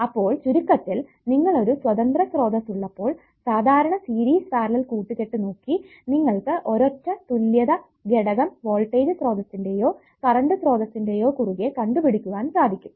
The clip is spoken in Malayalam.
അപ്പോൾ ചുരുക്കത്തിൽ നിങ്ങൾ ഒരു സ്വതന്ത്ര സ്രോതസ്സ് ഉള്ളപ്പോൾ സാധാരണ സീരീസ് പാരലൽ കൂട്ടുകെട്ട് നോക്കി നിങ്ങൾക്ക് ഒരൊറ്റ തുല്യത ഘടകം വോൾടേജ് സ്രോതസ്സിന്റെയോ കറണ്ട് സ്രോതസ്സിന്റെയോ കുറുകെ കണ്ടുപിടിക്കുവാൻ സാധിക്കും